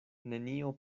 nenio